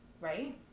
right